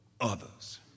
others